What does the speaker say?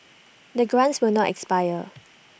the grants will not expire